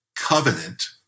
Covenant